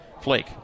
flake